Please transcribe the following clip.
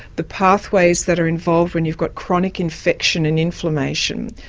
the pathways that are involved when you've got chronic infection and inflammation,